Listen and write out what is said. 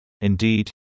Indeed